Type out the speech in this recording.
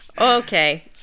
Okay